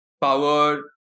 power